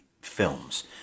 films